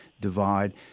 divide